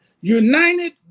United